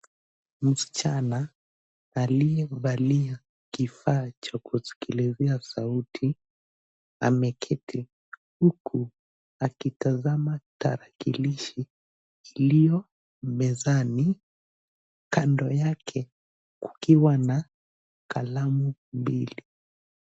Msichana aliyevalia kifaa cha kusikilizia sauti ameketi huku akitazama tarakilishi iliyo mezani, kando yake kukiwa na kalamu mbili.